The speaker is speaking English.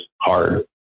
hard